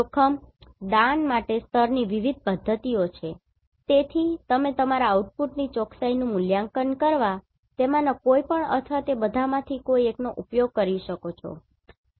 જોખમ દાન માટે સ્તરની વિવિધ પદ્ધતિઓ છે તેથી તમે તમારા આઉટપુટની ચોકસાઈનું મૂલ્યાંકન કરવા માટે તેમાંના કોઈપણ અથવા તે બધામાંથી કોઈ એકનો ઉપયોગ કરી શકો છો બરાબર